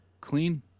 clean